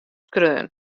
skreaun